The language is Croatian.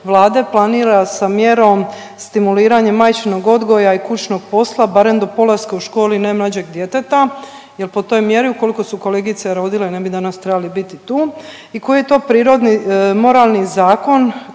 planira sa mjerom stimuliranje majčinog odgoja i kućnog posla barem do polaska u školi najmlađeg djeteta. Jer po toj mjeri ukoliko su kolegice rodile ne bi danas trebali biti tu i koji je to prirodni moralni zakon